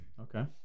Okay